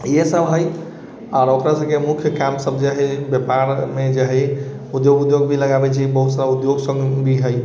इहे सब है आर ओकर सबके मुख्य काम सब जे है व्यापार मे जे है उद्योग उद्योग भी लगाबै छै बहुत सारा उद्योग संघ भी है